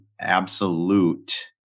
absolute